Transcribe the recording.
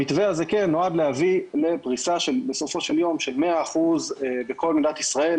המתווה הזה נועד להביא פריסה שבסופו של יום של 100% בכל מדינת ישראל.